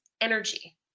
energy